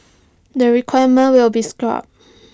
the requirement will be scrapped